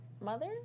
Mother